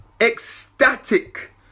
ecstatic